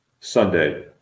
Sunday